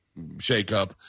shakeup